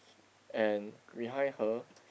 and behind her